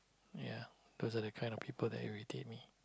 ya those are the kind of people that irritate me